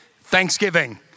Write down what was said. thanksgiving